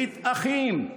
ברית אחים.